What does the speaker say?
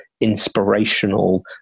inspirational